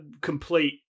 complete